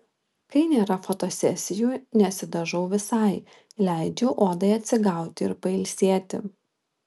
kai nėra fotosesijų nesidažau visai leidžiu odai atsigauti ir pailsėti